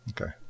okay